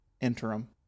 interim